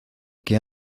que